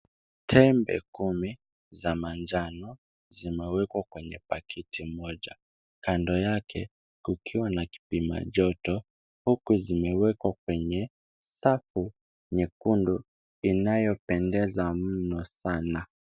Tembe kumi za manjano zimewekwa kwenye pakiti moja, kando yake kukiwa na kipima joto, huku zimewekwa kwenye safu nyekundu inayopendeza mno sana.